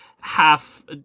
half